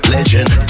Legend